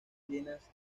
llenas